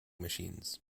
machines